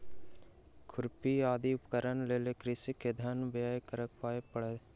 खुरपी आदि उपकरणक लेल कृषक के धन व्यय करअ पड़लै